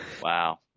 Wow